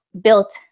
built